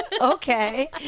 Okay